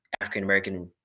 African-American